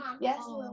Yes